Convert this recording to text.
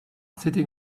sitting